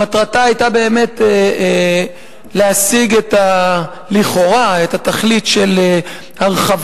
שמטרתה היתה באמת להשיג לכאורה את התכלית של הקטנת